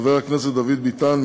חברי הכנסת דוד ביטן,